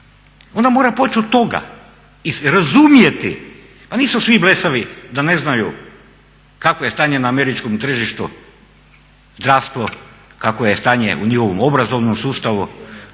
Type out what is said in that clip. onda mora počut toga i razumjeti. Pa nisu svi blesavi da ne znaju kakvo je stanje na američkom tržištu, zdravstvo, kakvo je stanje u njihovom obrazovnom sustavu.